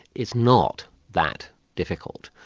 it's not that difficult.